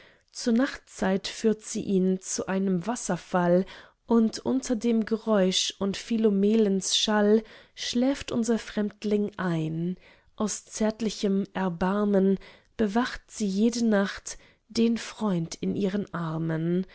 zur nachtzeit führt sie ihn zu einem wasserfall und unter dem geräusch und philomelens schall schläft unser fremdling ein aus zärtlichem erbarmen bewacht sie jede nacht den freund in ihren armen